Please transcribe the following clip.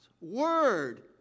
word